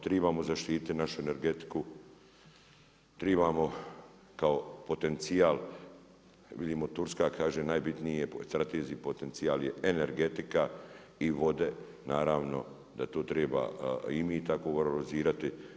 Tribamo zaštiti našu energetiku, tribamo kao potencijal, vidimo Turska kaže najbitniji strategiji i potencijal je energetika i vode, naravno da tu treba i mi tako realizirati.